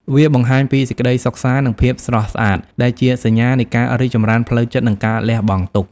វាបង្ហាញពីសេចក្ដីសុខសាន្ត និងភាពស្រស់ស្អាត ដែលជាសញ្ញានៃការរីកចម្រើនផ្លូវចិត្ត និងការលះបង់ទុក្ខ។